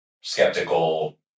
skeptical